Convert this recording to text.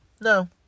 No